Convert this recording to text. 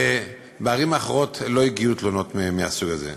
ומערים אחרות לא הגיעו תלונות מהסוג הזה.